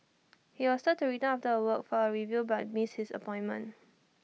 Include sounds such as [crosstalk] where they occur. he was [unintelligible] after A week for A review but missed his appointment